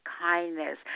kindness